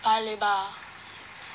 paya lebar